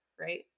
right